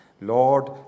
Lord